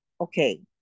okay